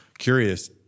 Curious